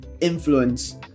influence